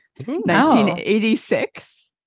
1986